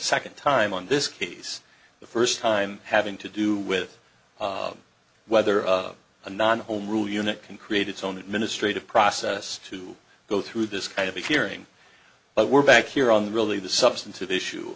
second time on this case the first time having to do with whether a non home rule unit can create its own administrative process to go through this kind of a hearing but we're back here on the really the substantive issue